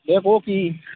দে কওঁ কি